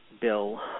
Bill